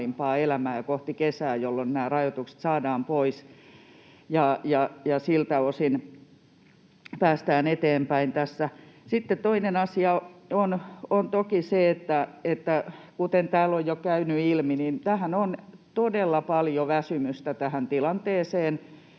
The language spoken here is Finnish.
elämää ja kohti kesää, jolloin nämä rajoitukset saadaan pois ja siltä osin päästään eteenpäin tässä. Sitten toinen asia on toki se, kuten täällä on jo käynyt ilmi, että on todella paljon väsymystä tähän tilanteeseen.